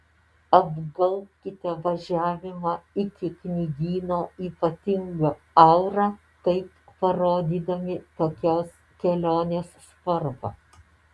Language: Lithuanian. apgaubkite važiavimą iki knygyno ypatinga aura taip parodydami tokios kelionės svarbą